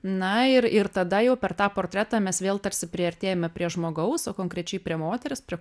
na ir ir tada jau per tą portretą mes vėl tarsi priartėjame prie žmogaus o konkrečiai prie moters prie